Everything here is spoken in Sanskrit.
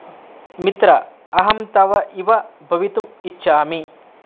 मित्र अहं तव इव भवितुम् इच्छामि